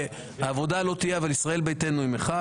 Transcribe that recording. העבודה לא תהיה, אבל ישראל ביתנו עם אחד.